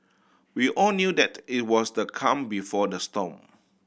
we all knew that it was the calm before the storm